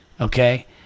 okay